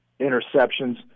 interceptions